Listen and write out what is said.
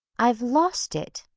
i've lost it,